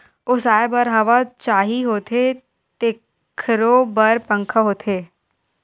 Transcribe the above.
ओसाए बर हवा चाही होथे तेखरो बर पंखा होथे